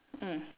mm